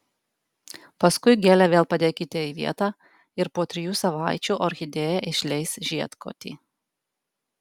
paskui gėlę vėl padėkite į vietą ir po trijų savaičių orchidėja išleis žiedkotį